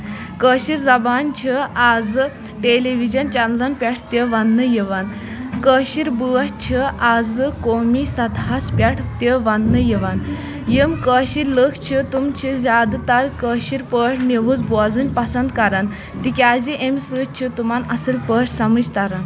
کٲشِر زَبان چھِ آز ٹیلی وجن چینلن پٮ۪ٹھ تہِ وَننہٕ یِوان کٲشِر بٲتھۍ چھِ آز قومی سَطحس پٮ۪ٹھ تہِ وَننہٕ یِوان یِم کٲشِر لُکھ چھِ تِم چھِ زیادٕ تر کٲشِر پٲٹھۍ نِوٕز بوزٕنۍ پسنٛد کران تِکیازِ اَمہِ سۭتۍ چھُ تِمن اَصٕل پٲٹھۍ سَمٕجھ ترن